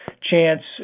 chance